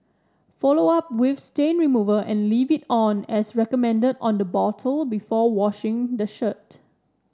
follow up with stain remover and leave it on as recommended on the bottle before washing the shirt